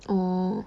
orh